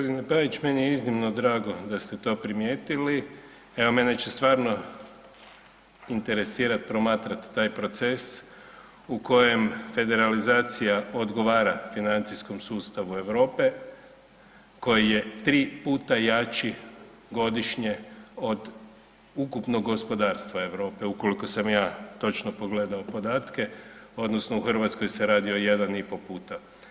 Gospodine Pavić, meni je iznimno drago da ste to primijetili, evo mene će stvarno interesirati promatrati taj proces u kojem federalizacija odgovara financijskom sustavu Europe koji je 3 puta jači godišnje od ukupnog gospodarstva Europe ukoliko sam ja točno pogledao podatke odnosno u Hrvatskoj se radi o 1,5 puta.